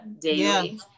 daily